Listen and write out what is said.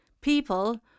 people